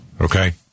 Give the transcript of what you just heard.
Okay